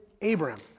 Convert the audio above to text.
Abraham